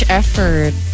effort